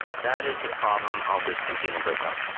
that is the problem of this container breakout.